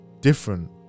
different